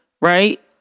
right